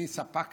אני ספק